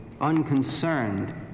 unconcerned